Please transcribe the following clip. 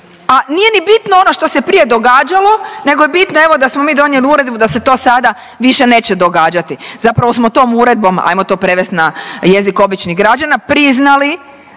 a nije ni bitno ono što se prije događalo nego je bitno evo da smo mi donijeli uredbu da se to sada više neće događati. Zapravo smo tom uredbom ajmo to prevesti na jezik običnih građana priznali